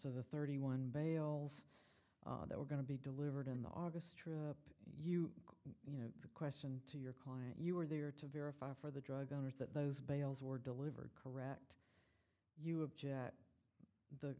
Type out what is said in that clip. to the thirty one bales that were going to be delivered in the august trip you you know the question to your client you were there to verify for the drug owners that those bales were delivered correct you object th